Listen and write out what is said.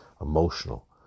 Emotional